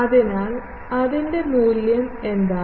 അതിനാൽ അതിൻറെ മൂല്യം ന്താണ്